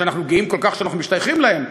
שאנחנו גאים כל כך שאנחנו משתייכים להן?